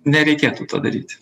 nereikėtų to daryti